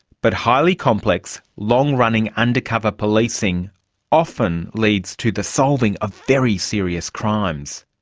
but highly complex long-running undercover policing often leads to the solving of very serious crimes.